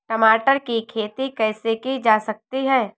टमाटर की खेती कैसे की जा सकती है?